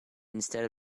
instead